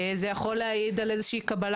זה יכול להעיד על איזו שהיא קבלה